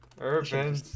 Urban